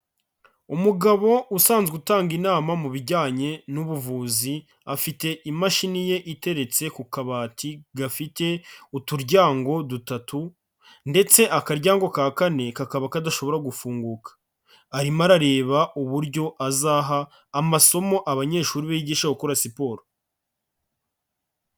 Umugabo usanzwe utanga inama mu bijyanye n'ubuvuzi, afite imashini ye iteretse ku kabati gafite uturyango dutatu ndetse akaryango ka kane kakaba kadashobora gufunguka. Arimo arareba uburyo azaha amasomo abanyeshuri be yigisha gukora siporo.